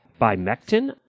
Bimectin